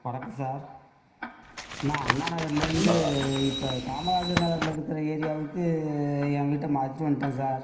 வணக்கம் சார் நான் அண்ணா நகர்லேருந்து இப்போ காமராஜர் நகரில் இருக்கிற ஏரியாவுக்கு ஏன் வீட்டை மாற்றிட்டு வந்துவிட்டேன் சார்